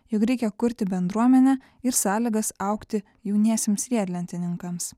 jog reikia kurti bendruomenę ir sąlygas augti jauniesiems riedlentininkams